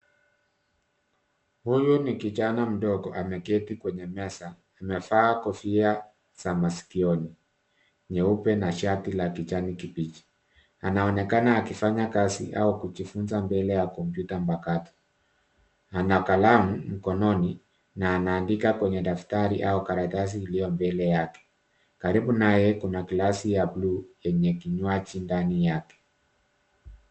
Huyu ni kijana mdogo ameketi kwenye meza. Amevaa kofia za masikioni nyeupe na shati la kijani kibichi. Anaonekana akifanya kazi au kujifunza mbele ya kompyuta mpakato. Ana kalamu mkononi na anaandika kwenye daftari au karatasi iliyo mbele yake. Karibu naye kuna glasi ya bluu yenye kinywaji ndani yake.